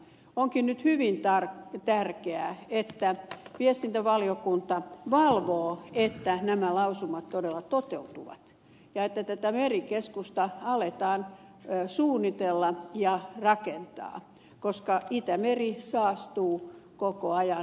onkin nyt hyvin tärkeää että liikenne ja viestintävaliokunta valvoo että nämä lausumat todella toteutuvat ja että tätä merikeskusta aletaan suunnitella ja rakentaa koska itämeri saastuu koko ajan